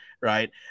right